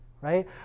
right